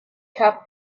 cup